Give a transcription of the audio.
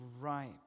ripe